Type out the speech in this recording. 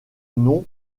nom